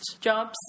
jobs